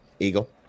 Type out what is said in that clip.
Eagle